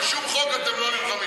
איזה בן-אדם, על שום חוק אתם לא נלחמים.